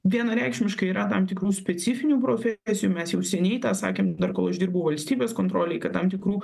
vienareikšmiškai yra tam tikrų specifinių profesijų mes jau seniai tą sakėm dar kol aš dirbau valstybės kontrolėj kad tam tikrų